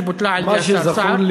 שבוטלה על-ידי השר סער,